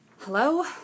Hello